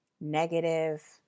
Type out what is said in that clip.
negative-